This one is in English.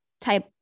type